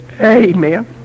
Amen